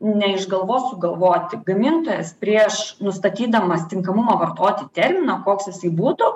ne iš galvos sugalvoti gamintojas prieš nustatydamas tinkamumo vartoti terminą koks jisai būtų